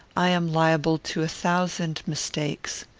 i am liable to a thousand mistakes.